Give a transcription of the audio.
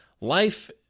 Life